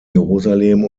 jerusalem